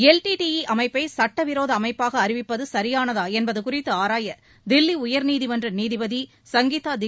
LTTE அமைப்பை சட்டவிரோத அமைப்பாக அறிவிப்பது சரியானதா என்பது குறித்து ஆராய தில்லி உயர்நீதிமன்ற நீதிபதி எஸ்டி